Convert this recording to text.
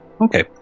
Okay